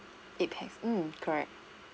eight pax mm correct